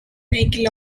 vehicle